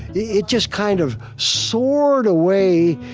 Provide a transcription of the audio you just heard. it just kind of soared away.